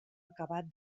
acabat